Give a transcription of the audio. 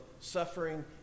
suffering